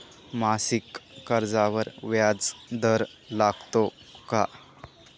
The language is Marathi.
मासिक कर्जावर व्याज दर लागतो का?